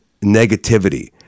negativity